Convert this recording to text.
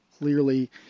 Clearly